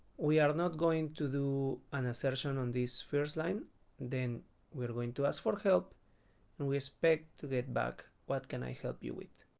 we are not going to do an assertion on this first line then we are going to ask for help and we expect to get back. what can i help you with?